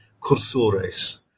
cursores